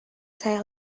saya